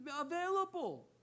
available